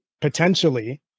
potentially